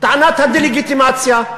טענת הדה-לגיטימציה.